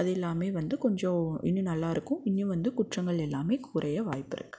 அது எல்லாமே வந்து கொஞ்சம் இன்னும் நல்லாயிருக்கும் இனியும் வந்து குற்றங்கள் எல்லாமே குறைய வாய்ப்பிருக்குது